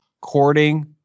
courting